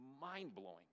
mind-blowing